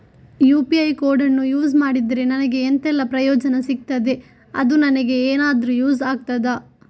UPI ಕೋಡನ್ನು use ಮಾಡಿದ್ರೆ ನನಗೆ ಎಂಥೆಲ್ಲಾ ಪ್ರಯೋಜನ ಸಿಗ್ತದೆ, ಅದು ನನಗೆ ಎನಾದರೂ ಯೂಸ್ ಆಗ್ತದಾ?